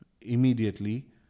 immediately